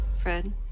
Fred